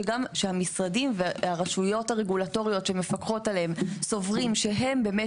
שגם המשרדים והרשויות הרגולטוריות שמפקחות עליהם סוברים שהם באמת